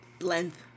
length